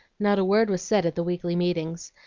not a word was said at the weekly meetings,